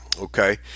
Okay